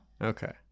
Okay